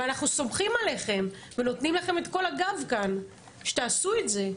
ואנחנו סומכים עליכם ונותנים לכם את כל הגב כאן שתעשו את זה.